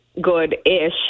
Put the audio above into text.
good-ish